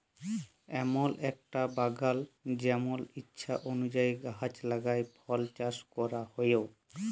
এমল একটা বাগাল জেমল ইছা অলুযায়ী গাহাচ লাগাই ফল চাস ক্যরা হউক